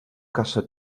caça